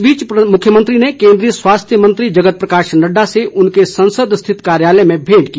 इस बीच मुख्यमंत्री ने केन्द्रीय स्वास्थ्य मंत्री जगत प्रकाश नड्डा से उनके संसद स्थित कार्यालय में भेंट की